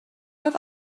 have